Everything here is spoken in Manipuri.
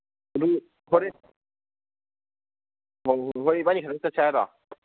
ꯍꯣꯏ ꯏꯕꯥꯅꯤ ꯈꯛꯇꯪ ꯆꯠꯁꯦ ꯍꯥꯏꯔꯣ